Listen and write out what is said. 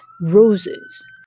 roses